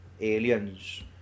Aliens